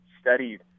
studied